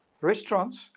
restaurants